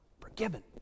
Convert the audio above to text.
forgiven